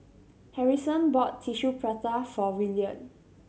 Harrison bought Tissue Prata for William